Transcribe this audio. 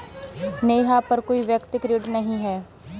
नेहा पर कोई भी व्यक्तिक ऋण नहीं है